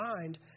mind